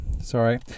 Sorry